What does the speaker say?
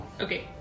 Okay